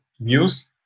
views